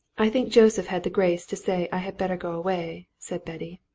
i think joseph had the grace to say i had better go away, said betty.